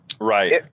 Right